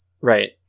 Right